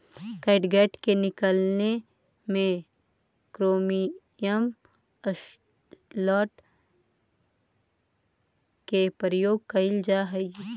catgut के निकालने में क्रोमियम सॉल्ट के प्रयोग कइल जा हई